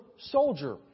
soldier